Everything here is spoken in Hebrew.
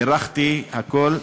בירכתי הכול,